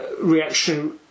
reaction